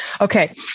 okay